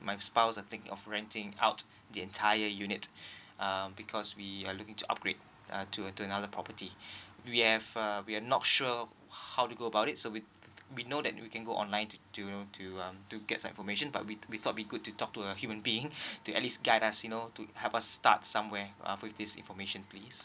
my spouse are thinking of renting out the entire unit uh because we are looking to upgrade uh to another property we have err we are not sure how to go about it so we we know that we can go online to to um to get some formation but we we thought it'll be good to talk to a human being to at least guide us you know to help us start somewhere uh with this information please